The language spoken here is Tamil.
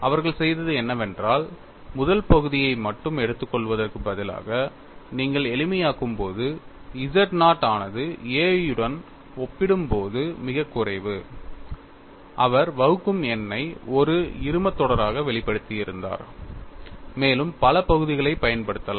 அவர்கள் செய்தது என்னவென்றால் முதல் பகுதியை மட்டும் எடுத்துக் கொள்வதற்குப் பதிலாக நீங்கள் எளிமையாக்கும்போது z நாட் ஆனது a உடன் ஒப்பிடும்போது மிகக் குறைவு அவர் வகுக்கும் எண் ஐ ஒரு இரும தொடராக வெளிப்படுத்தியிருந்தார் மேலும் பல பகுதிகளைப் பயன்படுத்தலாம்